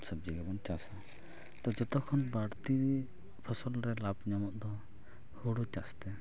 ᱥᱚᱵᱽᱡᱤᱜᱮ ᱵᱚᱱ ᱪᱟᱥᱟ ᱛᱳ ᱡᱚᱛᱚᱠᱷᱚᱱ ᱵᱟᱹᱲᱛᱤ ᱯᱷᱚᱥᱚᱞ ᱨᱮ ᱞᱟᱵᱷ ᱧᱟᱢᱚᱜ ᱫᱚ ᱦᱩᱲᱩ ᱪᱟᱥᱛᱮ